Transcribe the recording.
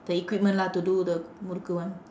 the equipment lah to do the murukku [one]